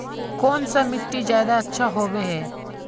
कौन सा मिट्टी ज्यादा अच्छा होबे है?